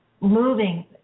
moving